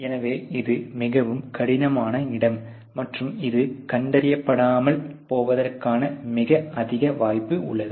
எனவே இது மிகவும் கடினமான இடம் மற்றும் இது கண்டறியப்படாமல் போவதற்கான மிக அதிக வாய்ப்பு உள்ளது